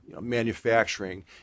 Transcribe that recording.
manufacturing